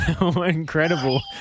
incredible